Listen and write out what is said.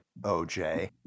OJ